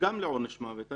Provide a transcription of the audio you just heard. גם לעונש מוות,